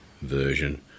version